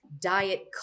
diet